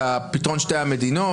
על פתרון שתי המדינות,